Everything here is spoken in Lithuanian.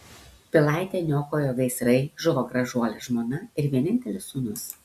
pilaitę niokojo gaisrai žuvo gražuolė žmona ir vienintelis sūnus